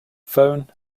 phone